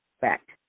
Fact